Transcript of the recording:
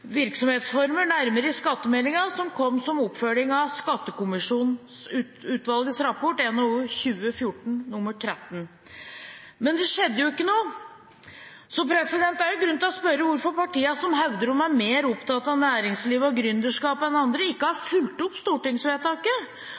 virksomhetsformer nærmere i skattemeldingen som kommer som oppfølging av Skatteutvalgets rapport, jf. NOU 2014:13.» Men det skjedde ikke noe. Så det er grunn til å spørre hvorfor partiene som hevder de er mer opptatt av næringsliv og gründerskap enn andre, ikke har fulgt opp stortingsvedtaket.